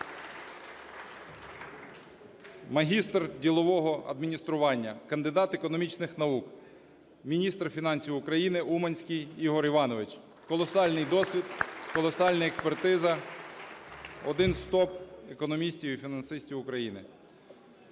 Магістр ділового адміністрування, кандидат економічних наук – міністр фінансів України – Уманський Ігор Іванович. (Оплески) Колосальний досвід, колосальна експертиза, один із топ економістів і фінансистів України.